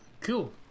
Cool